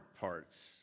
parts